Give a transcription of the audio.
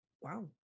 Wow